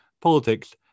politics